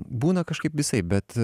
būna kažkaip visaip bet